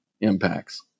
impacts